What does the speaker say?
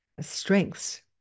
strengths